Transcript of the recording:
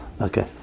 Okay